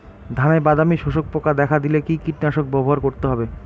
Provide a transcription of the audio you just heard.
ধানে বাদামি শোষক পোকা দেখা দিলে কি কীটনাশক ব্যবহার করতে হবে?